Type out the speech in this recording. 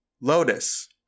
lotus